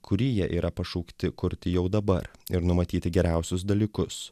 kurį jie yra pašaukti kurti jau dabar ir numatyti geriausius dalykus